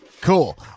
Cool